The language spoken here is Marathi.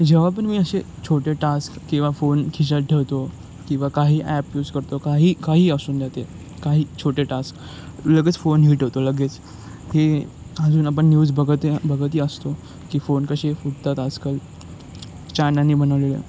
जेव्हा पण मी असे छोटे टास्क किंवा फोन खिशात ठेवतो किंवा काही ॲप यूज करतो काही काही असूदया ते काही छोटे टास्क लगेच फोन हीट होतो लगेच हे अजून आपण न्यूज बघत बघतही असतो की फोन कसे फुटतात आजकाल चानानी बनवलेलं